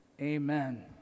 Amen